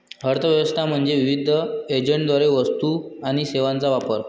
अर्थ व्यवस्था म्हणजे विविध एजंटद्वारे वस्तू आणि सेवांचा वापर